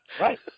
Right